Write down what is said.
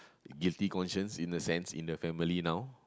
guilty conscience in a sense in the family now